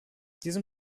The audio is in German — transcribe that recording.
diesem